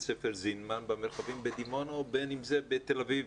ספר זינמן במרחבים בדימונה ובין אם זה בתל אביב.